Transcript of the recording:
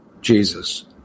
Jesus